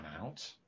out